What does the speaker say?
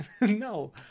No